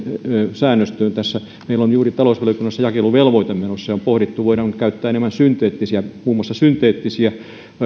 säännöstöön tässä meillä on juuri talousvaliokunnassa jakeluvelvoite menossa ja on pohdittu voidaanko käyttää enemmän muun muassa synteettisiä